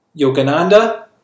Yogananda